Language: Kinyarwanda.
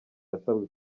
yasabwe